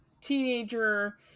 teenager